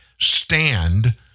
stand